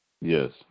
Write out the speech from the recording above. Yes